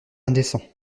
indécent